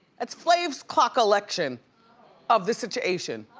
it's flav's clock election of this situation.